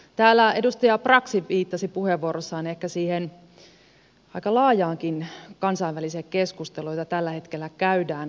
täällä edustaja brax viittasi puheenvuorossaan siihen ehkä aika laajaankin kansainväliseen keskusteluun kasvun ja kuripolitiikan välillä jota tällä hetkellä käydään